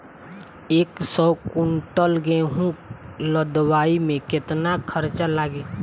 एक सौ कुंटल गेहूं लदवाई में केतना खर्चा लागी?